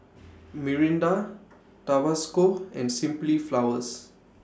Mirinda Tabasco and Simply Flowers